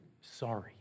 sorry